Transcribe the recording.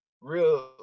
real